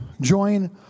join